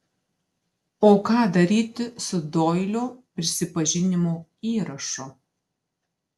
o ką daryti su doilio prisipažinimo įrašu